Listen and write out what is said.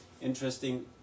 Interesting